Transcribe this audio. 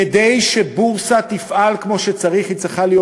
כדי שבורסה תפעל כמו שצריך,